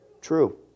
true